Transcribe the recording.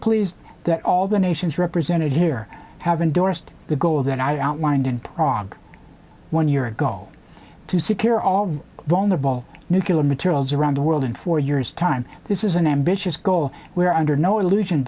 pleased that all the nations represented here have endorsed the goal that i outlined in prague one year ago to secure all vulnerable nuclear materials around the world in four years time this is an ambitious goal we are under no illusion